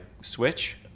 switch